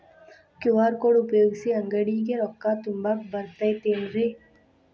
QR code ಉಪಯೋಗಿಸಿ, ಅಂಗಡಿಗೆ ರೊಕ್ಕಾ ತುಂಬಾಕ್ ಬರತೈತೇನ್ರೇ?